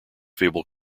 fabled